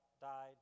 died